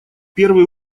первый